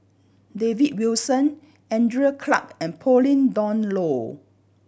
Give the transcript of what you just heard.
David Wilson Andrew Clarke and Pauline Dawn Loh